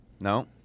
No